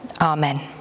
Amen